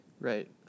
right